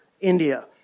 India